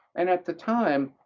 and at the time,